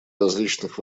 различных